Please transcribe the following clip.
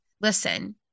listen